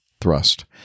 thrust